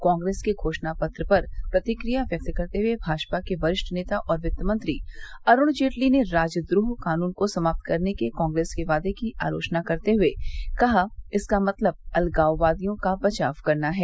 कांग्रेस के घोषण पत्र पर प्रतिक्रिया व्यक्त करते हुए भाजपा के वरिष्ठ नेता और वित्त मंत्री अरूण जेटली ने राजद्रोह कानून को समाप्त करने के कांग्रेस के वादे की आलोचना करते हुए कहा कि इसका मतलब अलगाववादियों का बचाव करना है